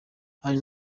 hari